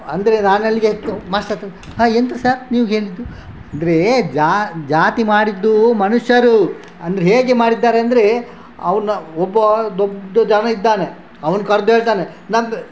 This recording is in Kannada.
ಅಂದರೆ ನಾನಲ್ಲಿಗೆ ಎದ್ದು ಮಾಸ್ಟ್ರ ಹತ್ರ ಹಾಂ ಎಂತ ಸರ್ ನೀವು ಹೇಳಿದ್ದು ಅಂದರೆ ಜಾತಿ ಮಾಡಿದ್ದು ಮನುಷ್ಯರು ಅಂದರೆ ಹೇಗೆ ಮಾಡಿದ್ದಾರೆ ಅಂದರೆ ಅವ್ರನ್ನ ಒಬ್ಬ ದೊಡ್ಡ ಜನ ಇದ್ದಾನೆ ಅವನು ಕರ್ದು ಹೇಳ್ತಾನೆ ನಂದ